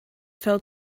fell